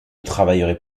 travaillerez